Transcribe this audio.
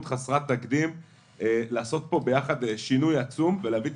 חסרת תקדים לעשות פה ביחד שינוי עצום ולהביא את